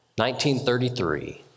1933